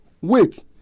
wait